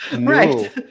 right